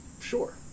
Sure